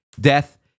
death